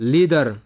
Leader